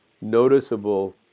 noticeable